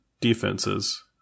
defenses